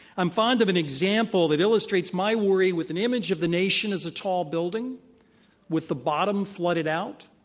i'm fond of an example that illustrates my worry with an image of the nation as a tall building with the bottom flooded out,